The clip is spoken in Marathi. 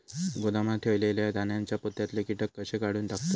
गोदामात ठेयलेल्या धान्यांच्या पोत्यातले कीटक कशे काढून टाकतत?